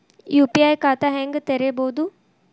UPI ಖಾತಾ ಹೆಂಗ್ ತೆರೇಬೋದು?